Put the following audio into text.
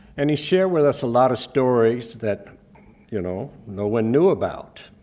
and he shared with us a lot of stories that you know no one knew about.